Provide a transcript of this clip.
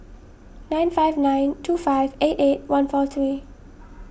nine five nine two five eight eight one four three